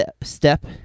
Step